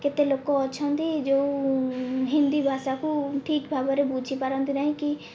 କେତେ ଲୋକ ଅଛନ୍ତି ଯେଉଁ ହିନ୍ଦୀ ଭାଷାକୁ ଠିକ୍ ଭାବରେ ବୁଝିପାରନ୍ତି ନାହିଁ କି